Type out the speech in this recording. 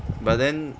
but then